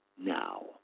Now